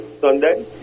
Sunday